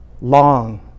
long